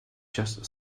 just